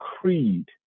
creed